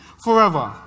forever